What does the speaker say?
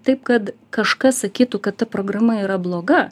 taip kad kažkas sakytų kad ta programa yra bloga